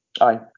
Aye